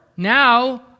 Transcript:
Now